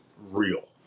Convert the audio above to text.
real